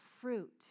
fruit